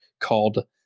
called